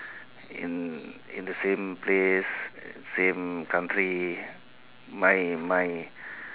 in in the same place in the same country my my